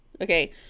Okay